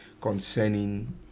concerning